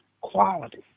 quality